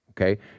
okay